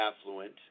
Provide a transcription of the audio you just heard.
affluent